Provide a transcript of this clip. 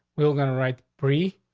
we're gonna write free.